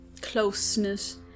closeness